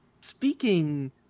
speaking